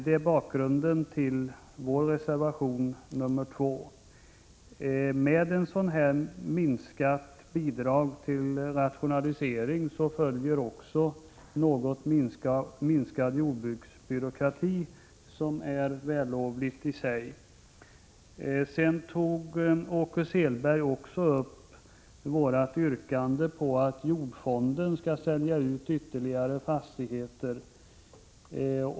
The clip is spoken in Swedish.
Med ett minskat bidrag till rationaliseringar följer också en något minskad jordbruksbyråkrati, vilket är vällovligt i sig. Åke Selberg tog vidare upp vårt yrkande om att jordfonden skall sälja ut ytterligare fastigheter.